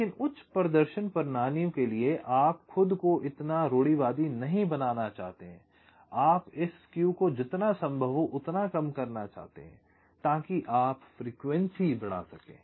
लेकिन उच्च प्रदर्शन प्रणालियों के लिए आप खुद को इतना रूढ़िवादी नहीं बनाना चाहते हैं आप इस स्क्यू को जितना संभव हो उतना कम करना चाहते हैं ताकि आप फ्रीक्वेंसी बढ़ा सकें